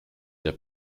der